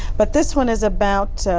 but this one is about